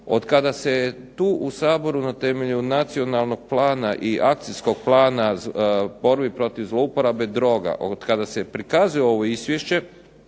Otkada se tu u Saboru na temelju Nacionalnog plana i Akcijskog plana borbi protiv zlouporabe droga, otkada se prikazuje ovo izvješće